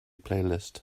playlist